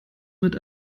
mit